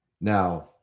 Now